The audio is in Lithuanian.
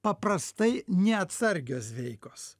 paprastai neatsargios veikos